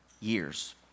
years